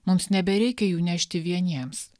mums nebereikia jų nešti vieniems